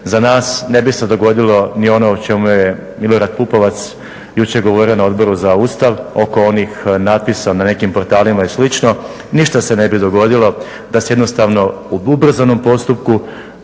Za nas ne bi se dogodilo ni ono o čemu je Milorad Pupovac jučer govorio na Odboru za Ustav, oko onih natpisa na nekim portalima i slično. Ništa se ne bi dogodilo da se jednostavno u ubrzanom postupku,